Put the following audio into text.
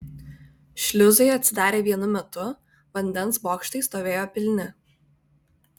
šliuzai atsidarė vienu metu vandens bokštai stovėjo pilni